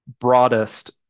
broadest